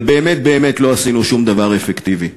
אבל באמת באמת לא עשינו שום דבר אפקטיבי.